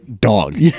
dog